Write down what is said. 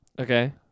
Okay